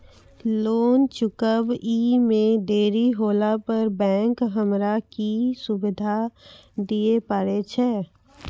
Loan चुकब इ मे देरी होला पर बैंक हमरा की सुविधा दिये पारे छै?